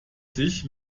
sich